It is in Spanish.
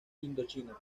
indochina